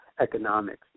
economics